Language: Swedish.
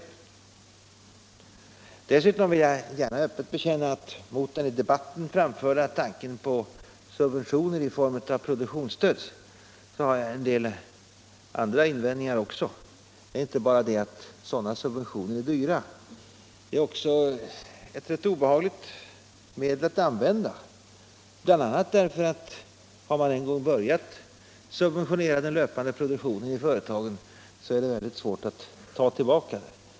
Dessutom vill jag öppet bekänna att jag har en del andra invändningar mot den i debatten framförda tanken på subventioner i form av produktionsstöd. Sådana subventioner är inte bara dyra, de är också ett rätt obehagligt medel att använda, bl.a. därför att har man en gång börjat subventionera den löpande produktionen i företagen är det svårt att sluta med det.